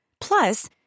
Plus